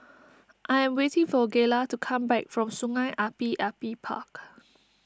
I am waiting for Gayla to come back from Sungei Api Api Park